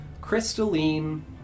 Crystalline